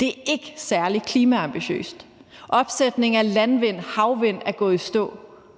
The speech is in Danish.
Det er ikke særlig klimaambitiøst. Og opsætning af havvind og landvind er gået i stå,